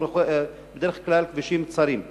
בדרך כלל הכבישים צרים.